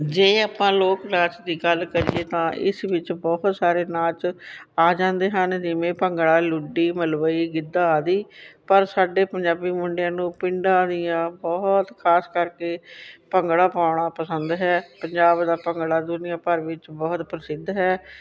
ਜੇ ਆਪਾਂ ਲੋਕ ਨਾਚ ਦੀ ਗੱਲ ਕਰੀਏ ਤਾਂ ਇਸ ਵਿੱਚ ਬਹੁਤ ਸਾਰੇ ਨਾਚ ਆ ਜਾਂਦੇ ਹਨ ਜਿਵੇਂ ਭੰਗੜਾ ਲੁੱਡੀ ਮਲਵਈ ਗਿੱਧਾ ਆਦਿ ਪਰ ਸਾਡੇ ਪੰਜਾਬੀ ਮੁੰਡਿਆਂ ਨੂੰ ਪਿੰਡਾਂ ਦੀਆਂ ਬਹੁਤ ਖਾਸ ਕਰਕੇ ਭੰਗੜਾ ਪਾਉਣਾ ਪਸੰਦ ਹੈ ਪੰਜਾਬ ਦਾ ਭੰਗੜਾ ਦੁਨੀਆ ਭਰ ਵਿੱਚ ਬਹੁਤ ਪ੍ਰਸਿੱਧ ਹੈ